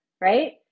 right